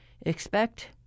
expect